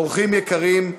אורחים יקרים,